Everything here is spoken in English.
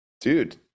Dude